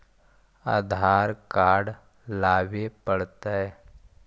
आधार card लाबे पड़तै?